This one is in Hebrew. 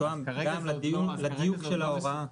מתואם עם כולם עד לרמת הדיוק של ההוראה.